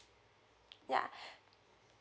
yeah